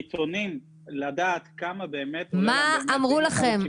נתונים, כדי לדעת כמה באמת --- מה אמרו לכם?